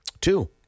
Two